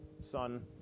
Son